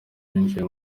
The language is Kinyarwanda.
winjiye